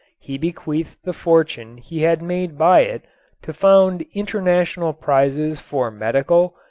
he bequeathed the fortune he had made by it to found international prizes for medical,